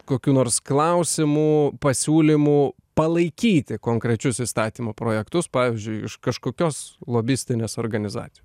kokių nors klausimų pasiūlymų palaikyti konkrečius įstatymo projektus pavyzdžiui iš kažkokios lobistinės organizacijos